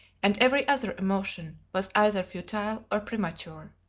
and every other emotion was either futile or premature.